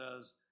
says